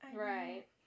Right